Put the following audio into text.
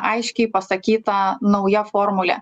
aiškiai pasakyta nauja formulė